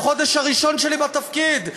בחודש הראשון שלי בתפקיד,